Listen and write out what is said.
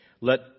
Let